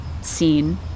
seen